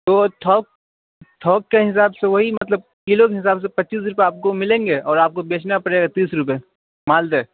تو تھوک تھوک کے حساب سے وہی مطلب کلو کے حساب سے پچیس روپے آپ کو ملیں گے اور آپ کو بیچنا پڑے گا تیس روپے مالدہ